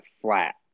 flat